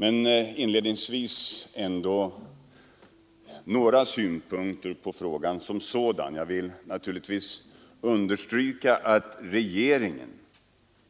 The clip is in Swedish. Men inledningsvis ändå några synpunkter på frågan som sådan. Jag vill naturligtvis understryka att regeringen